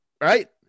Right